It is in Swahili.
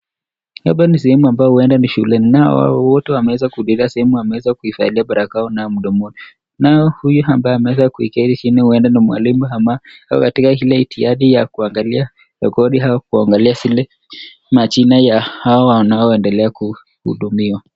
Hapa ni sehemu ambao huende ni shuleni. Nao hao wote wameweza kufika sehemu wameweza kuvalia barakoa mdomoni, nao huyu ambaye ameweza kuketi chini huenda ni mwalimu ama ako katika ile jitihadi ya kuangali, kurekodi au kuangalia zile majina ya hao wanaendelea kuhudumiwa.